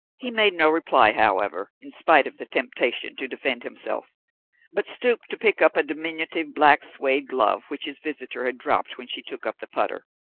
he made no reply, however, in spite of the temptation to defend himself but stooped to pick up a diminutive black suede glove which his visitor had dropped when she took up the putter.